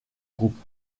groupes